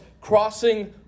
crossing